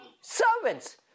Servants